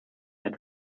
had